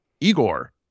Igor